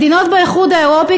מדינות באיחוד האירופי,